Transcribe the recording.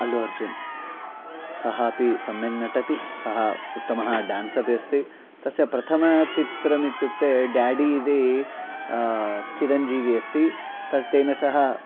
अल्लु अर्जुनः सः अपि सम्यक् नटति सः उत्तमं ड्यान्स अपि अस्ति तस्य प्रथमचित्रमित्युक्ते ड्याडि इति चिरञ्जीविः अस्ति तस्य तेन सह